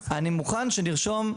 אני מוכן שנרשום,